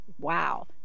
Wow